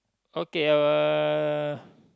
okay uh